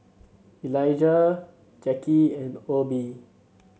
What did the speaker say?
Elizah Jacky and Obe